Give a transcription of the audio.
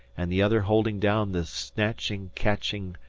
and the other holding down the snatching, catching,